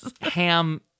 Ham